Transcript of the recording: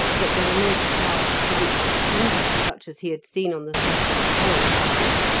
but there were no charred stumps of timber such as he had seen on the sites of forest fires.